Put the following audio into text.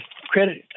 credit